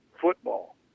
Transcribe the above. football